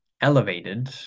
elevated